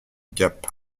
gap